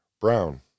brown